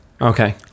Okay